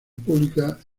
públicas